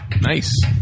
Nice